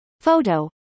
Photo